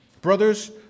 Brothers